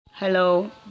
hello